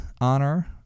honor